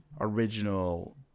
original